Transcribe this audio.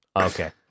Okay